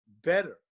better